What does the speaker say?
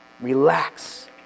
Relax